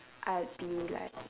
I'd be like